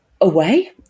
away